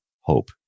hope